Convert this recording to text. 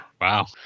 Wow